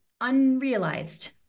unrealized